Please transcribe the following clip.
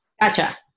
gotcha